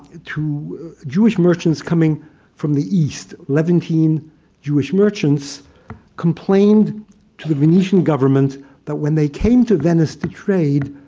to jewish merchants coming from the east, levantine jewish merchants complained to the venetian government that when they came to venice to trade,